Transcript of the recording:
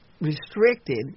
restricted